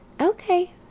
Okay